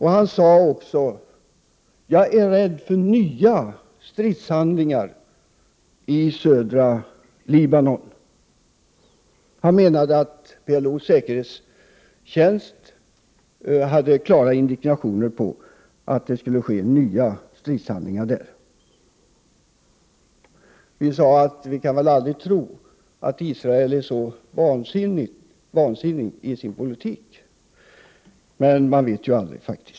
Han sade också: Jag är rädd för nya stridshandlingar i södra Libanon. Han menade att PLO:s säkerhetstjänst hade klara indikationer på att nya stridshandlingar skulle ske där. Vi sade att vi aldrig kan tro att man från Israels sida för en så vansinnig politik, men man vet ju aldrig.